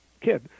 kid